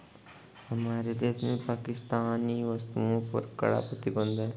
हमारे देश में पाकिस्तानी वस्तुएं पर कड़ा प्रतिबंध हैं